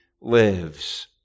lives